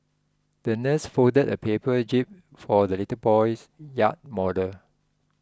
the nurse folded a paper jib for the little boy's yacht model